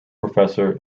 professor